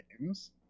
games